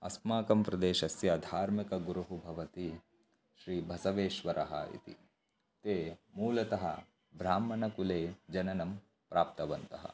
अस्माकं प्रदेशस्य धार्मिकः गुरुः भवति श्रीबसवेश्वरः इति ते मूलतः ब्राह्मणकुले जननं प्राप्तवन्तः